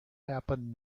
happened